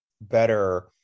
better